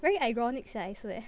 very ironic sia I swear